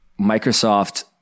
Microsoft